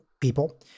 people